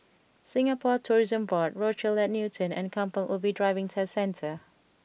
Singapore Tourism Board Rochelle at Newton and Kampong Ubi Driving Test Centre